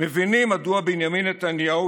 מבינים מדוע בנימין נתניהו,